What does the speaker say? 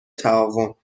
تعاون